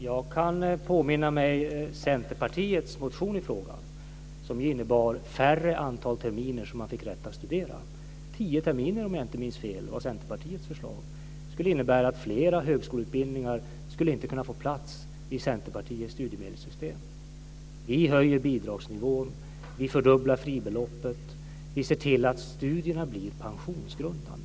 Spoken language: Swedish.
Fru talman! Jag erinrar mig Centerpartiets motion i frågan, som ju innebar en minskning av antalet terminer som man skulle ha rätt att studera. Centerpartiets förslag var, om jag inte minns fel, tio terminer. Det skulle innebära att flera högskoleutbildningar inte skulle kunna få plats i Centerpartiets studiemedelssystem. Vi höjer bidragsnivån, vi fördubblar fribeloppet och vi ser till att studierna blir pensionsgrundande.